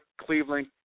Cleveland